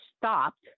stopped